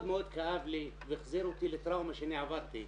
מאוד כאב לי והחזיר אותי לטראומה שאני עברתי,